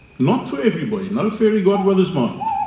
not for everybody, no fairy godmother's wand,